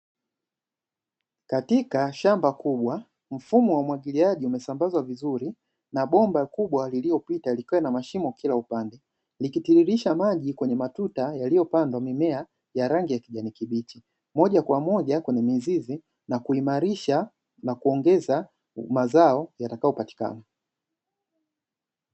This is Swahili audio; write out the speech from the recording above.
Katika shamba kubwa mfumo wa umwagiliaji umesambazwa vizuri, na bomba kubwa liliyopita likiwa lina mashimo kila upande likitiririsha maji kwenye matuta yaliyopandwa mimea ya rangi ya kijani kibichi, moja kwa moja kwenye mizizi na kuimarisha na kuongeza mazao yatakayopatikana.